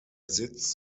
sitz